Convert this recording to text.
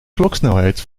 kloksnelheid